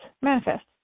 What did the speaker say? Manifest